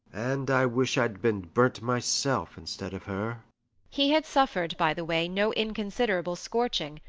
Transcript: and i wish i'd been burnt myself instead of her he had suffered, by the way, no inconsiderable scorching,